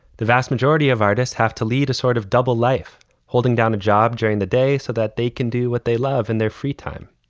the vast majority of artists have to lead a sort of double life holding down a job during the day so that they can do what they love in their free time.